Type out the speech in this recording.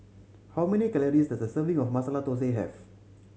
how many calories does a serving of Masala Thosai have